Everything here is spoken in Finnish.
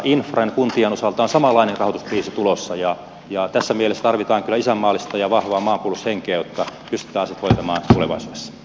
infran kuntien osalta on samanlainen rahoituskriisi tulossa ja tässä mielessä tarvitaan kyllä isänmaallista ja vahvaa maanpuolustushenkeä jotta pystytään asiat hoitamaan tulevaisuudessa